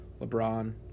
LeBron